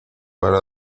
para